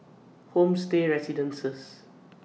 Homestay Residences